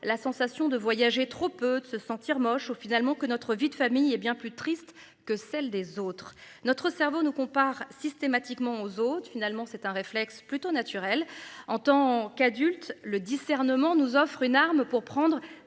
la sensation de voyager. Trop peu de se sentir moche au finalement que notre vie de famille bien plus triste que celle des autres. Notre cerveau ne compare systématiquement aux autres finalement, c'est un réflexe plutôt naturelle en tant qu'adulte le discernement nous offre une arme pour prendre